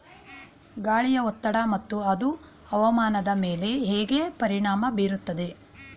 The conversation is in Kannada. ಗಾಳಿಯ ಒತ್ತಡ ಮತ್ತು ಅದು ಹವಾಮಾನದ ಮೇಲೆ ಹೇಗೆ ಪರಿಣಾಮ ಬೀರುತ್ತದೆ?